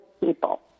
people